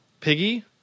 piggy